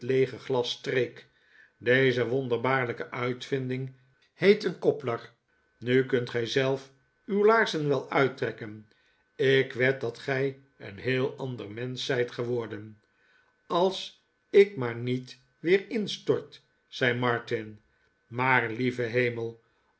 deze wonderbaarlijke uitvinding heet een cobbler nu kunt gij zelf uw iaarzen wel uittrekken ik wed dat gij een heel ander mensch zijt geworden als ik maar niet weer instort zei martin maar lieve hemel